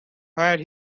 where